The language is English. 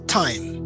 time